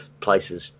places